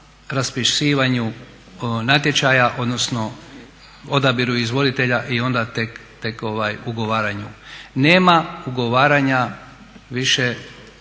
raspisivanju natječaja odnosno odabiru izvoditelja i onda tek ugovaranju. Nema ugovaranja više